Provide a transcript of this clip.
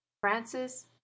Francis